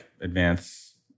advance